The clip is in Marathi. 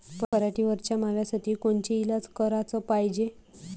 पराटीवरच्या माव्यासाठी कोनचे इलाज कराच पायजे?